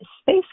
space